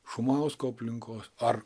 šumausko aplinkos ar